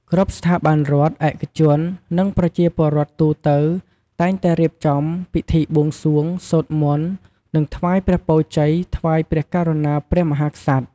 គ្រប់ ស្ថាប័នរដ្ឋ ឯកជន និង ប្រជាពលរដ្ឋទូទៅ តែងតែរៀបចំ ពិធីបួងសួង សូត្រមន្ត និង ថ្វាយព្រះពរជ័យ ថ្វាយ ព្រះករុណាព្រះមហាក្សត្រ។